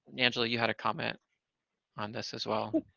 and angela, you had a comment on this as well.